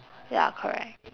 ya correct